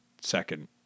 second